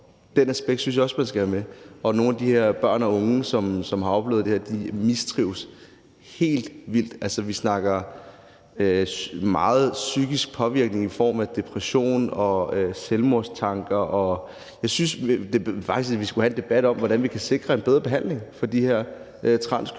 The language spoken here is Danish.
det aspekt synes jeg også man skal have med. Nogle af de her børn og unge, som har oplevet det her, mistrives helt vildt, altså, vi snakker om en stor psykisk påvirkning i form af depression og selvmordstanker. Jeg synes faktisk, vi skulle have en debat om, hvordan vi kan sikre en bedre behandling for de her transkønnede